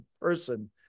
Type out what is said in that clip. person